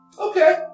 Okay